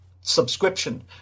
subscription